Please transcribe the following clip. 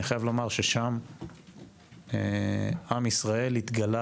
אני חייב לומר ששם עם ישראל התגלה